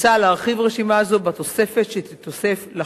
מוצע להרחיב רשימה זו בתוספת שתיווסף לחוק.